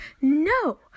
no